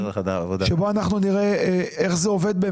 בה נראה איך זה עובד.